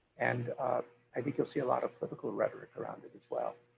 and i think you'll see a lot of political rhetoric around it as well.